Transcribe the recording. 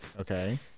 Okay